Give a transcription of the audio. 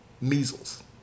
measles